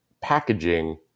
packaging